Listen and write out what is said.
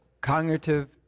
Cognitive